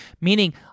Meaning